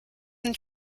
and